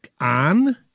on